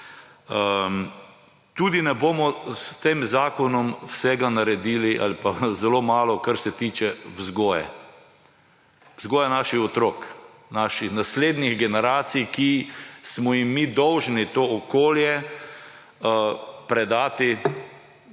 Tudi s tem zakonom ne bomo vsega naredili ali pa bomo zelo malo, kar se tiče vzgoje, vzgoje naših otrok, naših naslednjih generacij, ki smo jim mi dolžni to okolje predati